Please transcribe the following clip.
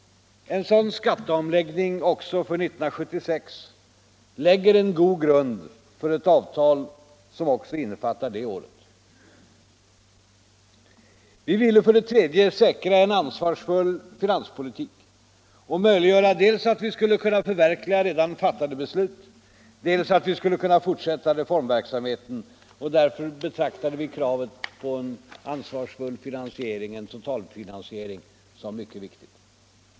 En sådan skatteomläggning också för 1976 lägger en god grund för ett avtal som också innefattar det året. Vi ville, för det tredje, säkra en ansvarsfull finanspolitik och möjliggöra dels att vi skulle kunna förverkliga redan fattade beslut, dels att vi skulle kunna fortsätta reformverksamheten. Därför betraktade vi kravet på ansvarsfull totalfinansiering som mycket viktigt.